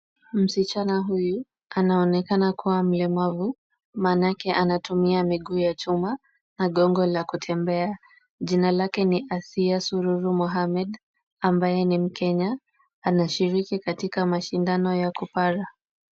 Msichana huyu anaonekana kuwa mlemavu, maanake anatumia miguu ya chuma na gongo la kutembea. Jina lake ni Asiya Sururu Mohammed ambaye ni mkenya. Anashiriki katika mashindano yako Para.